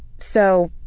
so